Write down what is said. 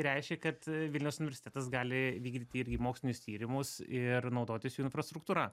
reiškia kad vilniaus universitetas gali vykdyt irgi mokslinius tyrimus ir naudotis jų infrastruktūra